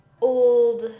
old